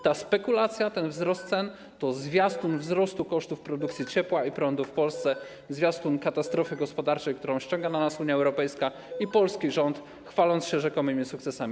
Ta spekulacja, ten wzrost cen to zwiastun wzrostu kosztów produkcji ciepła i prądu w Polsce, zwiastun katastrofy gospodarczej, którą ściągają na nas Unia Europejska i polski rząd, chwaląc się rzekomymi sukcesami.